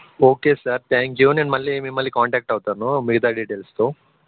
okay sir thank you నేను మళ్ళీ మిమ్మల్ని కాంటాక్ట్ అవుతాను మిగతా డీటెయిల్స్తో